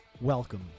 Welcome